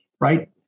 right